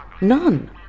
None